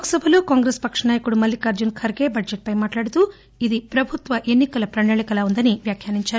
లోక్సభలో కాంగ్రెస్ పక్ష నాయకుడు మల్లికార్లున ఖర్గే బడ్లెట్పై మాట్లాడుతూ ఇది ప్రభుత్వ ఎన్ని కల ప్రణాళికలా ఉందని పేర్కొన్నారు